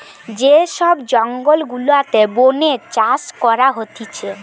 যে সব জঙ্গল গুলাতে বোনে চাষ করা হতিছে